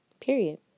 Period